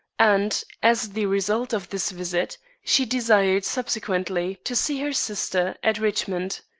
and, as the result of this visit, she desired subsequently to see her sister at richmond.